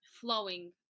flowing